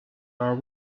are